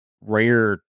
rare